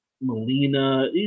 Melina